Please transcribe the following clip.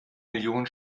millionen